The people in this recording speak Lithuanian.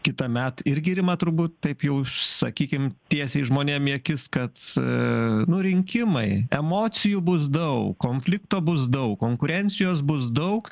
kitąmet irgi rima turbūt taip jau sakykim tiesiai žmonėm į akis kad nu rinkimai emocijų bus daug konflikto bus daug konkurencijos bus daug